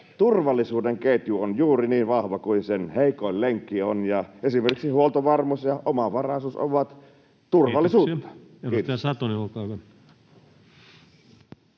turvallisuuden ketju on juuri niin vahva kuin sen heikoin lenkki on, ja esimerkiksi huoltovarmuus ja omavaraisuus ovat turvallisuutta.